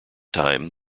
time